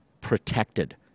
protected